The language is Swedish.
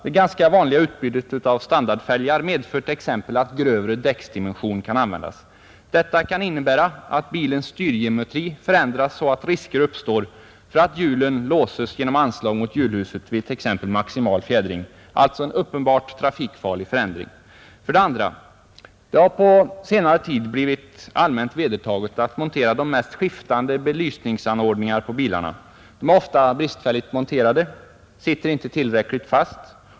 Det ganska vanliga utbytet av standardfälgar medför t.ex. att grövre däcksdimension kan användas. Detta kan innebära att bilens styrgeometri förändras så att risker uppstår för att hjulen låses genom anslag mot hjulhuset vid t.ex. maximal fjädring — alltså en uppenbart trafikfarlig förändring. 2. Det har på senare tid blivit allmänt vedertaget att montera de mest skiftande belysningsanordningar på bilarna, ofta bristfälligt monterade — de sitter inte tillräckligt fast.